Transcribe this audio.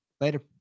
Later